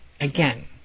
again